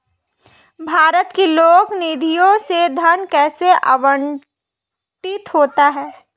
भारत की लोक निधियों से धन कैसे आवंटित होता है?